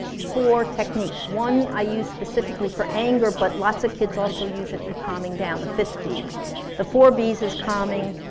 four techniques. one i use specifically for anger, but lots of kids also use it for calming down. the fifth b the four bs is is calming,